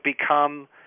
become